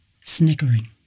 snickering